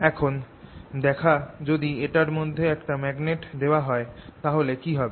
এখন দেখা যে যদি এটার মধ্যে একটা ম্যাগনেট দেওয়া হয় তাহলে কি হবে